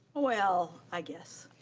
well, i guess.